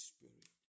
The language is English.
Spirit